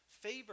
Favor